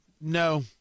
no